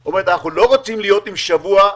אנחנו לא רוצים להיות עם שבוע,